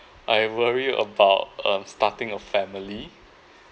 I worry about um starting a family